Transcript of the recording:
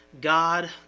God